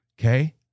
Okay